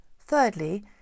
Thirdly